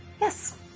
yes